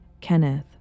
Kenneth